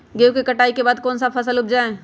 गेंहू के कटाई के बाद कौन सा फसल उप जाए?